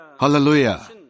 Hallelujah